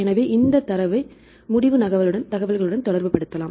எனவே இந்த தரவை முடிவு தகவலுடன் தொடர்புபடுத்தலாம்